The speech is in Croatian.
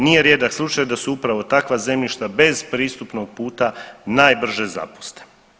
Nije rijedak slučaj da su upravo takva zemljišta bez pristupnog puta najbrže zapuste.